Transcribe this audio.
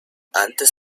antes